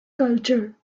culture